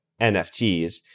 NFTs